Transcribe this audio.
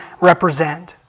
represent